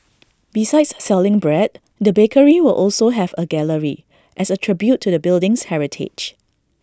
besides selling bread the bakery will also have A gallery as A tribute to the building's heritage